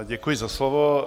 Děkuji za slovo.